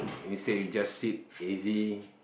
instead you just sit easy